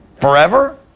forever